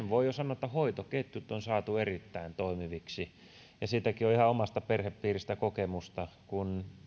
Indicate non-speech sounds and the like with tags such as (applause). (unintelligible) voi jo sanoa että hoitoketjut on saatu erittäin toimiviksi siitäkin on ihan omasta perhepiiristä kokemusta kun